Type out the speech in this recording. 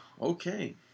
Okay